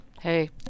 hey